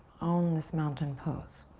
own this mountain pose.